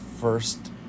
first